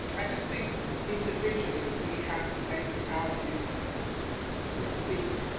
i just think individually we have to make it our duty to speak,